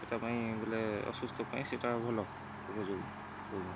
ସେଇଟା ପାଇଁ ବୋଲେ ଅସୁସ୍ଥ ପାଇଁ ସେଇଟା ଭଲ ଉପଯୋଗୀ ରୋଗ